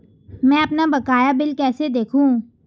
मैं अपना बकाया बिल कैसे देखूं?